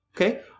Okay